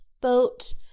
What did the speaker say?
boat